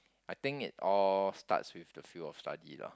I think it all starts with the field of study lah